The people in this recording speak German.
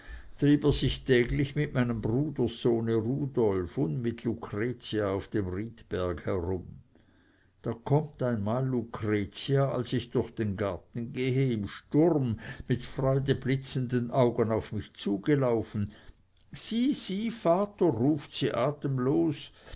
er sich täglich mit meinem bruderssohne rudolf und mit lucretia auf dem riedberg herum da kommt einmal lucretia als ich durch den garten gehe im sturm mit freudeblitzenden augen auf mich zugelaufen sieh sieh vater ruft sie atemlos